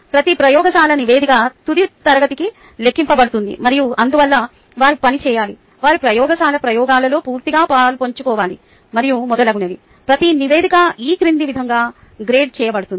ప్రతి ప్రయోగశాల నివేదిక తుది తరగతికి లెక్కించబడుతుంది మరియు అందువల్ల వారు పని చేయాలి వారు ప్రయోగశాల ప్రయోగాలలో పూర్తిగా పాలుపంచుకోవాలి మరియు మొదలగునవి ప్రతి నివేదిక ఈ క్రింది విధంగా గ్రేడ్ చేయబడుతుంది